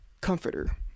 comforter